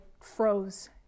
froze